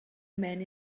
men